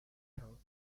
temps